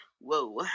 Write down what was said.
Whoa